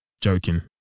Joking